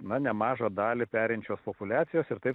na nemažą dalį perinčios populiacijos ir taip